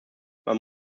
man